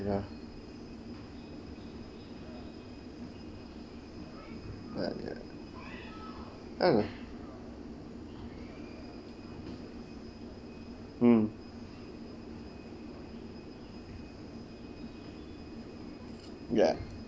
ya ah ya mm ya